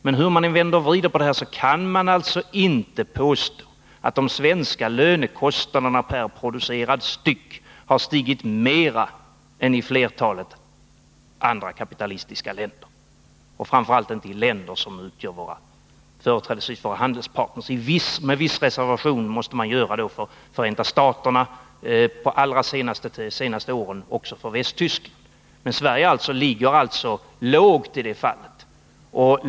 Men hur man än vrider och vänder på detta kan man alltså inte påstå att de svenska lönekostnaderna per producerad styckenhet har stigit mera än i flertalet andra kapitalistiska länder och framför allt inte i de länder som företrädesvis utgör våra handelspartner — en viss reservation måste dock göras för Förenta staterna och under de allra senaste åren även för Västtyskland. Men Sverige ligger alltså lågt i det fallet.